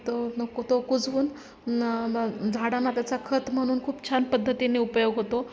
तो नको तो कुजवून न मग झाडांना त्याचा खत म्हणून खूप छान पद्धतीने उपयोग होतो